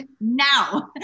Now